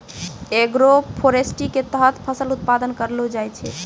agroforestry के तहत फसल उत्पादन करलो जाय छै